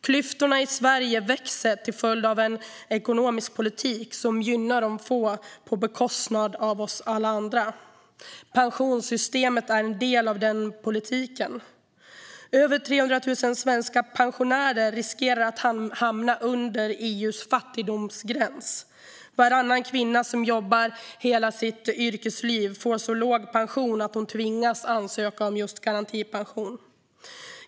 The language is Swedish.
Klyftorna i Sverige växer till följd av en ekonomisk politik som gynnar ett fåtal på bekostnad av alla oss andra. Pensionssystemet är en del av den politiken. Över 300 000 svenska pensionärer riskerar att hamna under EU:s fattigdomsgräns. Varannan kvinna som jobbat hela sitt yrkesliv får så låg pension att hon tvingas ansöka om garantipension.